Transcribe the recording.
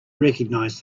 recognize